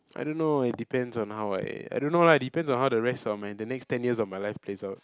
I don't know it depends on how I I don't know lah it depends on how the rest of my the next ten years of my life plays out